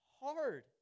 hard